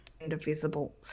indivisible